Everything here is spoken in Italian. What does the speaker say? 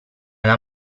alla